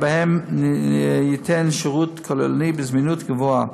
שבהם ניתן שירות כוללני בזמינות גבוהה.